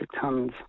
tons